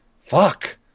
fuck